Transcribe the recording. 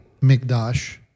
mikdash